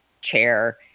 chair